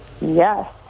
Yes